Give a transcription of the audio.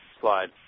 slide